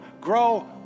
Grow